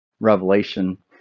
Revelation